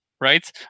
Right